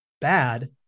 bad